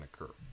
occur